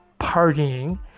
partying